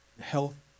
Health